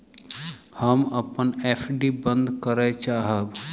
हम अपन एफ.डी बंद करय चाहब